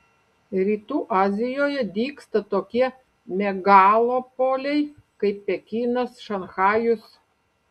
rytų azijoje dygsta tokie megalopoliai kaip pekinas šanchajus